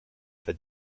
the